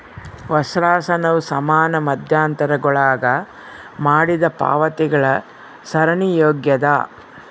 ವರ್ಷಾಶನವು ಸಮಾನ ಮಧ್ಯಂತರಗುಳಾಗ ಮಾಡಿದ ಪಾವತಿಗಳ ಸರಣಿಯಾಗ್ಯದ